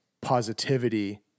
positivity